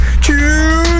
Choose